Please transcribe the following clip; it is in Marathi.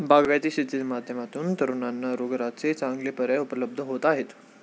बागायती शेतीच्या माध्यमातून तरुणांना रोजगाराचे चांगले पर्याय उपलब्ध होत आहेत